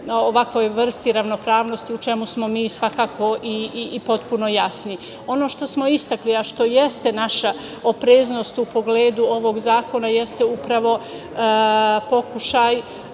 ovakvoj vrsti ravnopravnosti, u čemu smo mi svakako i potpuno jasni. Ono što smo istakli, a što jeste naša opreznost u pogledu ovog zakona, jeste upravo pokušaj